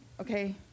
okay